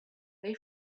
they